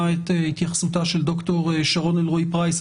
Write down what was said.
את התייחסותה של ד"ר שרון אלרעי פרייס.